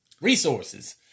resources